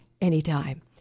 anytime